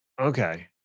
Okay